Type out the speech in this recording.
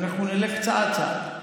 אנחנו נלך צעד-צעד.